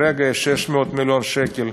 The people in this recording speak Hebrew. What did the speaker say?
כרגע יש 600 מיליון שקלים,